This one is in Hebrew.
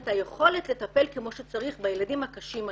ואת היכולת לטפל כמו שצריך בילדים הקשים האלה.